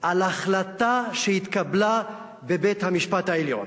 על החלטה שהתקבלה בבית-המשפט העליון,